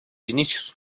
inicios